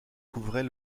couvrait